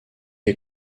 est